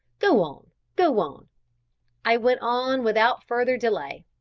go on go on i went on without further delay.